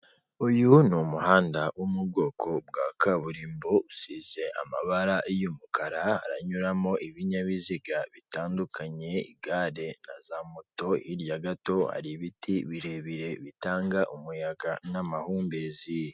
Uyu ni umuhanda wo mu bwoko bwa kaburimbo usize amabara y'umukara, haranyuramo ibinyabiziga bitandukanye, igare na za moto, hirya gato hari ibiti birebire bitanga umuyaga n'amahumbezi.